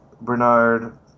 Bernard